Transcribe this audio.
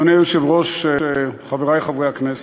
אדוני היושב-ראש, חברי חברי הכנסת,